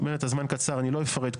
באמת הזמן קצר, אני לא אפרט.